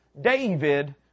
David